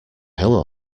hill